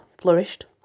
flourished